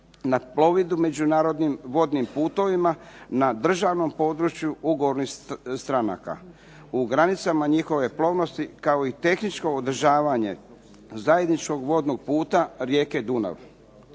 na plovidbu međunarodnim vodnim putovima na državnom području ugovornih stranaka. U granicama njihove plovnosti kao i zajedničko održavanje vodnog puta rijeke Dunav.